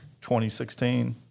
2016